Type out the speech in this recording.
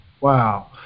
Wow